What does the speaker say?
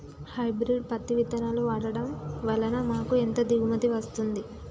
Hybrid పత్తి విత్తనాలు వాడడం వలన మాకు ఎంత దిగుమతి వస్తుంది?